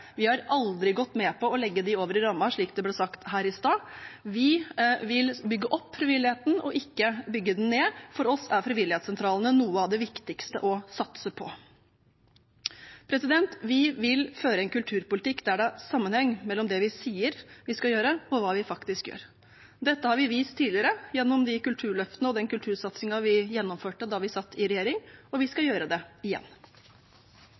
Vi har aldri gått med på å legge dem over i rammen, slik det ble sagt her i stad. Vi vil bygge opp frivilligheten og ikke bygge den ned. For oss er frivilligsentralene noe av det viktigste å satse på. Vi vil føre en kulturpolitikk der det er sammenheng mellom det vi sier at vi skal gjøre, og hva vi faktisk gjør. Dette har vi vist tidligere gjennom de kulturløftene og den kultursatsingen vi gjennomførte da vi satt i regjering, og vi skal gjøre det igjen.